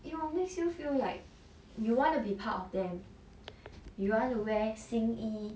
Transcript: it will makes you feel like you want to be part of them you want to wear 新衣